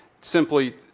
simply